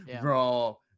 Bro